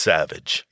Savage